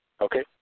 okay